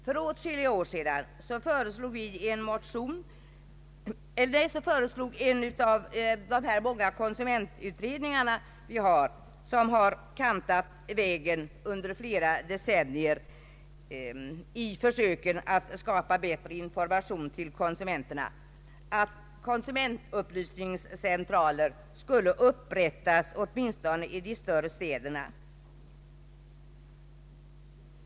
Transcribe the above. För åtskilliga år sedan föreslog en av de många konsumentutredningar, som under flera decennier kaniat vägen under försöken att skapa bättre information till konsumenterna, att konsumentupplysningscentraler skulle upprättas åtminstone i de större städerna.